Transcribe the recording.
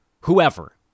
whoever